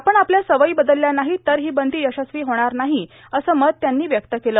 आपण आपल्या सवयी बदलल्या नाहीत तर ही बंदी यशस्वी होणार नाही असं मत त्यांनी व्यक्त केलं